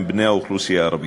הם בני האוכלוסייה הערבית.